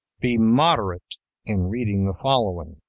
be moderate in reading the following